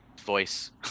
voice